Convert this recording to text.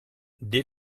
dès